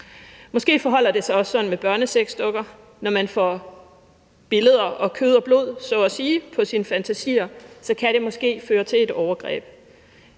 Måske forholder det sig også sådan med børnesexdukker, at når man får billeder og kød og blod, så at sige, på sine fantasier, kan det føre til et overgreb.